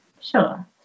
Sure